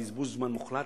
בזבוז זמן מוחלט,